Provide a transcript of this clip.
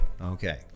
Okay